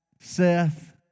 Seth